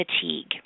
fatigue